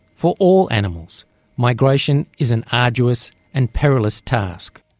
for all animals migration is an arduous and perilous task.